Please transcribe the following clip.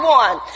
one